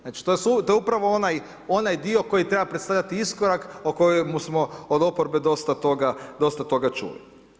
Znači to je upravo onaj dio koji treba predstavljati iskorak o kojemu smo od oporbe dosta toga čuli.